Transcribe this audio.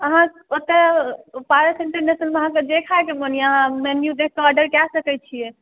अहाँ ओतऽ पारस इण्टरनेशनल मे अहाँकेॅं जे खायके मन यऽ मेन्यू देखके आर्डर कए सकै छी